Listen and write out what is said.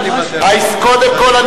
קודם כול,